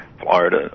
Florida